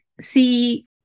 see